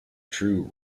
true